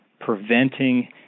preventing